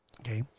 okay